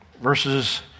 verses